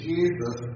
Jesus